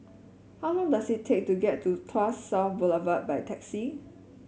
how long does it take to get to Tuas South Boulevard by taxi